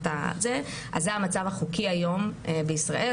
אז זה המצב החוקי היום בישראל.